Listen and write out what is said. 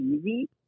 easy